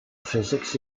physics